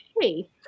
hey